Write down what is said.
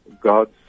God's